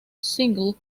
single